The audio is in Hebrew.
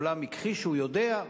העולם הכחיש שהוא יודע,